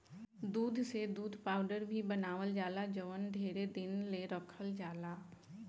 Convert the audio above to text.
दूध से दूध पाउडर भी बनावल जाला जवन ढेरे दिन ले रखल जाला